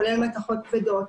כולל מתכות כבדים,